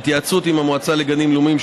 בהתייעצות עם המועצה לגנים לאומיים,